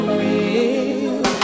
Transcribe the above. real